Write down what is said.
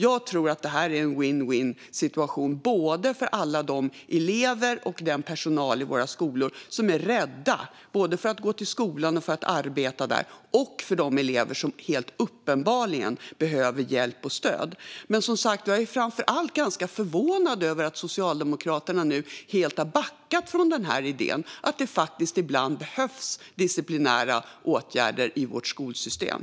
Jag tror att det är en vinn-vinnsituation, både för elever och personal i våra skolor som är rädda för att gå till skolan eller för att arbeta där och för de elever som helt uppenbarligen behöver hjälp och stöd. Men, som sagt, jag är framför allt ganska förvånad över att Socialdemokraterna nu helt har backat från idén att det ibland faktiskt behövs disciplinära åtgärder i vårt skolsystem.